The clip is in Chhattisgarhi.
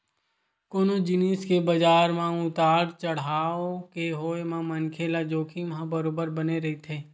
कोनो जिनिस के बजार म उतार चड़हाव के होय म मनखे ल जोखिम ह बरोबर बने रहिथे